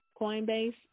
Coinbase